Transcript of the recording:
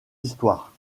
histoire